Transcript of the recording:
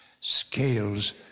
scales